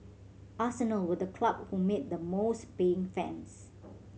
arsenal were the club who made the most paying fans